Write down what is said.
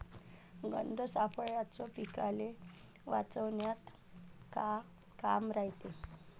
गंध सापळ्याचं पीकाले वाचवन्यात का काम रायते?